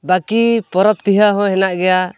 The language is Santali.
ᱵᱟᱹᱠᱤ ᱯᱚᱨᱚᱵᱽ ᱛᱮᱦᱟᱜ ᱦᱚᱸ ᱦᱮᱱᱟᱜ ᱜᱮᱭᱟ